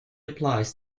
applies